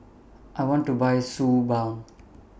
I want to Buy Suu Balm